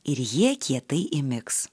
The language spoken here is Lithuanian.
ir jie kietai įmigs